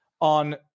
on